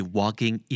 walking